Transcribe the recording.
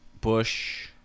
Bush